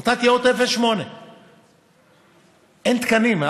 נתתי עוד 0.8. אין תקנים.